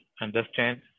understand